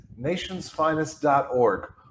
nationsfinest.org